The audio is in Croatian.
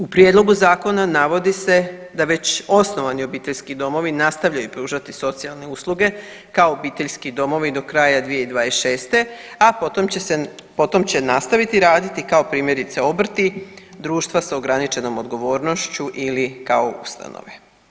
U prijedlogu zakona navodi se da već osnovani obiteljski domovi nastavljaju pružati socijalne usluge kao obiteljski domovi do kraja 2026., a potom će se, potom će nastaviti raditi kao primjerice obrti, društva s ograničenom odgovornošću ili kao ustanove.